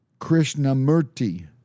Krishnamurti